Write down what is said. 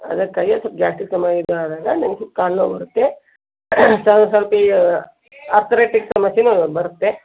ಅದಕ್ಕಾಗಿ ಸಲ್ಪ ಗ್ಯಾಸ್ಟಿಕ್ ಸಮ ಇದಾದಾಗ ನನಗೆ ಕಾಲು ನೋವು ಬರುತ್ತೆ ಸಲ್ಪ ಈಗ ಆರ್ತೊರೆಟಿಕ್ ಸಮಸ್ಯೆನೂ ಬರುತ್ತೆ